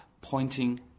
pointing